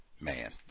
Man